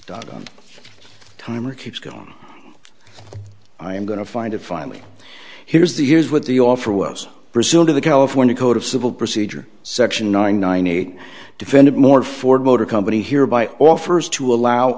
on time or keeps going on i am going to find it finally here's the here's what the offer was brazil to the california code of civil procedure section nine ninety eight defendant more ford motor company here by offers to allow